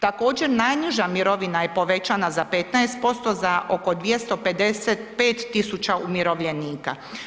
Također najniža mirovina je povećana za 15% za oko 255 000 umirovljenika.